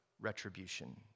retribution